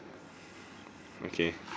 okay